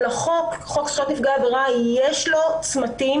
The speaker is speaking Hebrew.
אבל לחוק זכויות נפגעי עבירה יש צמתים